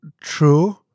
True